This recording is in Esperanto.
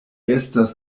estas